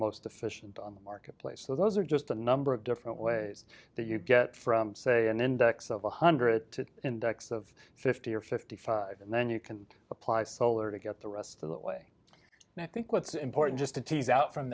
most efficient on the marketplace so those are just a number of different ways that you get from say an index of one hundred to index of fifty or fifty five and then you can apply solar to get the rest of the way and i think what's important just to tease out from